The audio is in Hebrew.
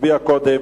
נצביע קודם